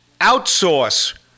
outsource